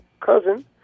cousin